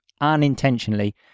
unintentionally